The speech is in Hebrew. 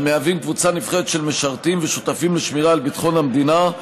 המהווים קבוצה נבחרת של משרתים ושותפים לשמירה על ביטחון המדינה,